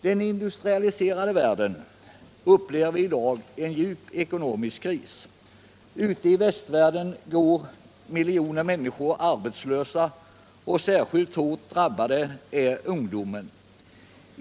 Den industrialiserade världen upplever i dag en djup ekonomisk kris. Ute i västvärlden går miljoner människor arbetslösa. Särskilt hårt drabbad är ungdomen.